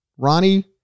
Ronnie